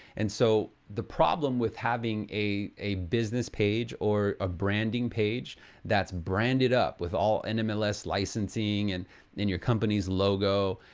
and so the problem with having a a business page or a branding page that's branded up with all and ah nmls licensing, and then your company's logo,